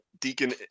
deacon